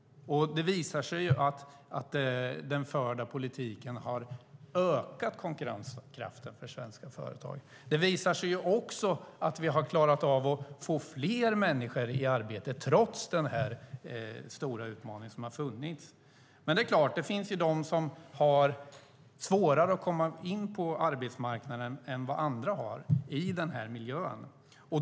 Det visar sig att den förda politiken har ökat konkurrenskraften för svenska företag. Det visar sig också att vi har klarat av att få fler människor i arbete trots den stora utmaning som har funnits. Det finns de som har svårare att komma in på arbetsmarknaden än vad andra har i denna miljö.